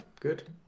good